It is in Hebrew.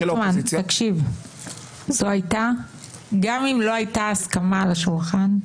רוטמן, תקשיב, גם אם לא הייתה הסכמה על השולחן,